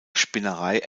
spinnerei